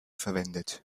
verwendet